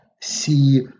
see